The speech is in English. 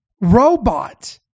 robot